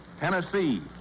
Tennessee